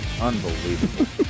Unbelievable